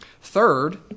Third